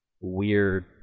weird